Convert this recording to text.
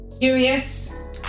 Curious